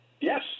Yes